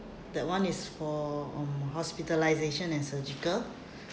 that one is for um hospitalisation and surgical